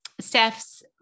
Steph's